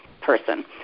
person